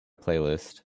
playlist